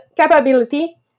capability